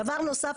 דבר נוסף,